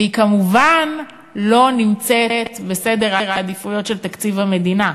והיא כמובן לא נמצאת בסדר העדיפויות של תקציב המדינה.